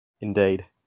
Indeed